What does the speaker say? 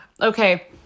Okay